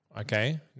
Okay